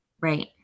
right